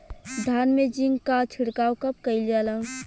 धान में जिंक क छिड़काव कब कइल जाला?